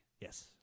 Yes